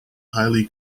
highly